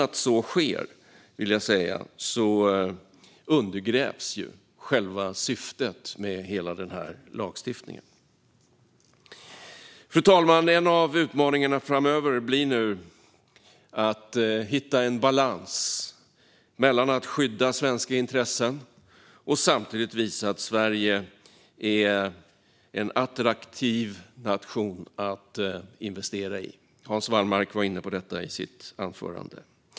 Om så inte sker undergrävs själva syftet med hela lagstiftningen, vill jag säga. Fru talman! En av utmaningarna framöver blir att hitta en balans mellan att skydda svenska intressen och samtidigt visa att Sverige är en attraktiv nation att investera i. Hans Wallmark var inne på detta i sitt anförande.